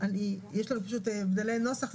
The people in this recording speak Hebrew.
יש הבדלי נוסח.